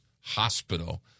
hospital